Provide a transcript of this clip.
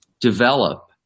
develop